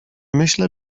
myślę